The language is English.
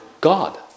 God